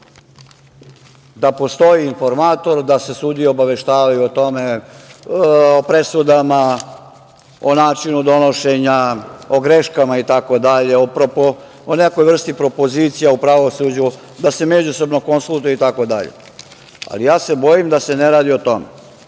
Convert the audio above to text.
da postoji informator, da se sudije obaveštavaju o tome, o presudama, o načinu donošenja, o greškama, o nekoj vrsti propozicija u pravosuđu, da se međusobno konsultuju itd, ali ja se bojim da se ne radi o tome.